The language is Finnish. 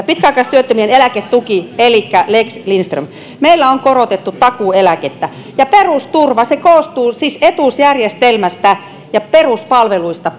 pitkäaikaistyöttömien eläketuki elikkä lex lindström meillä on korotettu takuueläkettä ja perusturvaa se koostuu siis etuusjärjestelmästä ja peruspalveluista